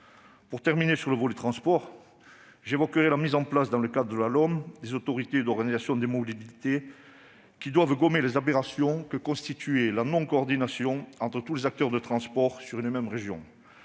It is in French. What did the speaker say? Pour en terminer avec le volet transports, j'évoquerai la mise en place, dans le cadre la LOM, des autorités organisatrices de la mobilité, qui doivent gommer les aberrations résultant de la non-coordination des acteurs de transports d'une même région.